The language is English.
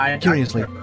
Curiously